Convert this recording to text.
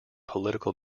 political